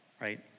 right